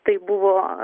tai buvo